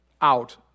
out